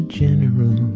general